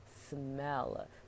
smell